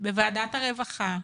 בוועדת הרווחה,